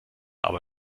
aber